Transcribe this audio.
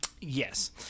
Yes